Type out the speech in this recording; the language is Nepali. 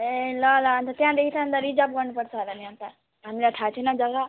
ए ल ल अनि त त्यहाँदेखि चाहिँ अनि त रिजर्भ गर्नुपर्छ होला नि अनि त हामीलाई थाहा छैन जग्गा